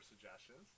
suggestions